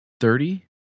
thirty